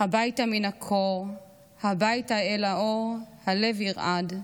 הביתה מן הקור / הביתה אל האור / הלב ירעד.